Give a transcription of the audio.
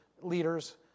leaders